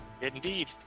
Indeed